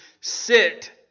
sit